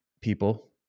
people